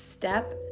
Step